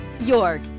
york